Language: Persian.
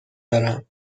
دارم